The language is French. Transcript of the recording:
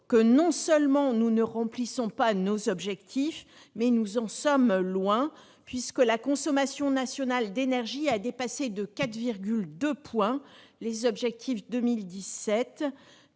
non seulement que nous ne remplissons pas nos objectifs, mais que nous en sommes loin. Ainsi, la consommation nationale d'énergie a dépassé de 4,2 points les objectifs pour